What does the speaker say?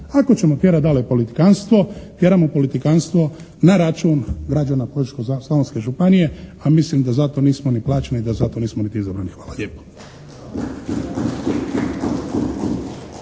Ako ćemo tjerati dalje politikanstvo, tjeramo politikanstvo na račun građana Požeško-Slavonske županije, a mislim da za to nismo ni plaćeni i da za to nismo niti izabrani. Hvala lijepo.